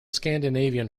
scandinavian